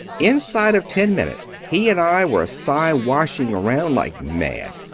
inside of ten minutes he and i were si-washing around like mad.